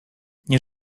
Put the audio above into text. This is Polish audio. nie